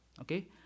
Okay